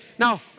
Now